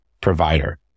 provider